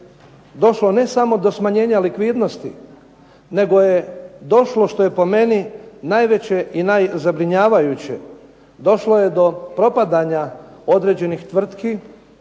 došlo ne samo do smanjenja likvidnosti, nego je došlo što je po meni najveće i najzabrinjavajuće, došlo je do propadanja određenih tvrtki.